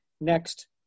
Next